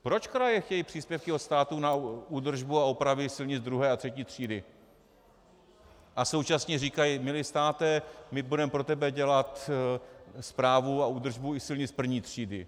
Proč kraje chtějí příspěvky od státu na údržbu a opravy silnic druhé a třetí třídy a současně říkají milý státe, my budeme pro tebe dělat správu a údržbu i silnic první třídy.